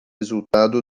resultado